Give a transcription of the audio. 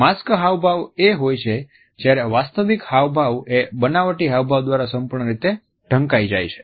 mask હાવભાવ એ હોય છે જ્યારે વાસ્તવિક હાવભાવ એ બનાવટી હાવભાવ દ્વારા સંપૂર્ણ રીતે ઢંકાઈ જાય છે